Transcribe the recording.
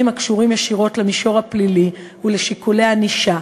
הקשורים ישירות למישור הפלילי ולשיקולי ענישה,